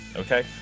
okay